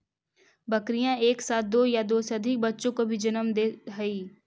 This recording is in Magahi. बकरियाँ एक साथ दो या दो से अधिक बच्चों को भी जन्म दे हई